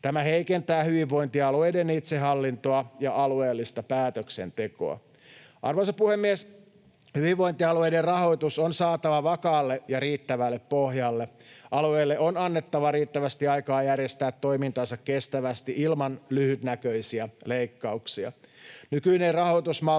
Tämä heikentää hyvinvointialueiden itsehallintoa ja alueellista päätöksentekoa. Arvoisa puhemies! Hyvinvointialueiden rahoitus on saatava vakaalle ja riittävälle pohjalle. Alueille on annettava riittävästi aikaa järjestää toimintansa kestävästi ilman lyhytnäköisiä leikkauksia.